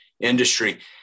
industry